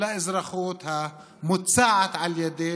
לאזרחות המוצעת על ידי